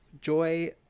Joy